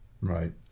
Right